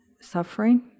suffering